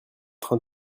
train